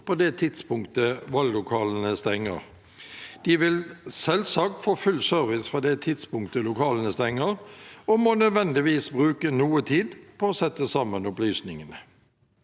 på det tidspunktet valglokalene stenger. De vil selvsagt få full service fra det tidspunktet lokalene stenger, og må nødvendigvis bruke noe tid på å sette sammen opplysningene.